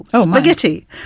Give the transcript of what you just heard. spaghetti